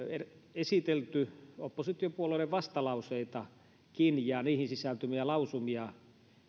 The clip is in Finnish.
esitelty oppositiopuolueiden vastalauseitakin ja niihin sisältyviä lausumia